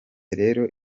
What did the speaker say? rero